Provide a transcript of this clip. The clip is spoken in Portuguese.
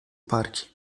parque